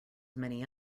many